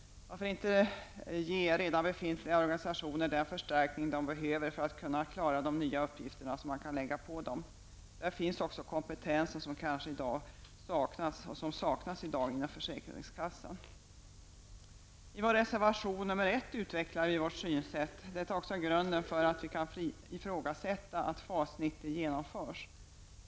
Varför inte ge redan befintliga organisationer den förstärkning de behöver för att klara de nya uppgifter som man kan lägga på dem? Där finns också den kompetens som i dag kanske saknas inom försäkringskassan. I vår reservation nr 1 utvecklar vi vårt synsätt. Detta är också grunden för vårt ifrågasättande av att FAS 90 genomförs.